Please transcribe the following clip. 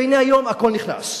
והנה, היום הכול נכנס.